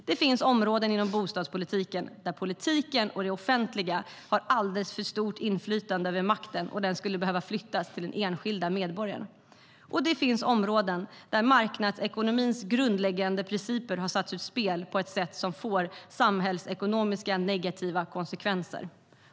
Det finns områden inom bostadspolitiken där politiken och det offentliga har alldeles för stort inflytande och där makten skulle behöva flyttas till den enskilda medborgaren. Det finns områden där marknadsekonomins grundläggande principer har satts ur spel på ett sätt som får samhällsekonomiskt negativa konsekvenser.